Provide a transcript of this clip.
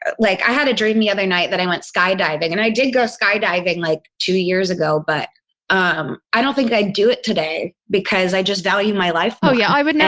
ah like i had a dream the other night that i went skydiving and i did go skydiving like two years ago. but um i don't think i'd do it today because i just value my life more oh, yeah. i would never,